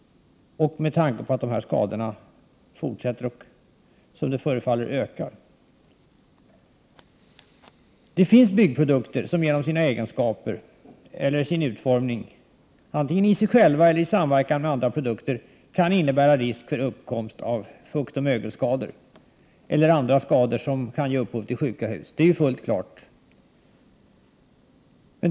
Dessutom förefaller antalet skador av detta slag att öka. Det finns byggprodukter som genom sina egenskaper eller sin utformning i sig själva eller i samverkan med andra produkter kan medföra risk för uppkomst av fuktoch mögelskador eller av andra skador som kan resultera i sjuka hus. Det är helt klart.